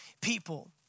people